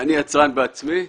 אני בעצמי יצרן,